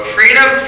Freedom